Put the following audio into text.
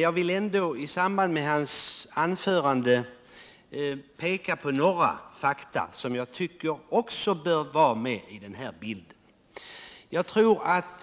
Jag vill ändå i samband med Eric Holmqvists anförande peka på några fakta som jag tycker bör vara med i den här bilden. Jag tror att